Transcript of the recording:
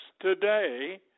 today